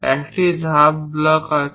একটি ধাপ ব্লক আছে